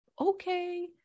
okay